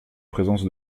présence